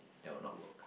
that will not work